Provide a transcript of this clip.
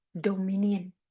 dominion